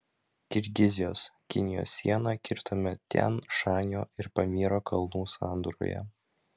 kirgizijos kinijos sieną kirtome tian šanio ir pamyro kalnų sandūroje